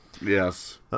Yes